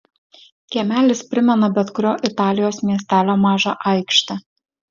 kiemelis primena bet kurio italijos miestelio mažą aikštę